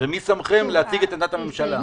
ומי שמכם להציג את עמדת הממשלה.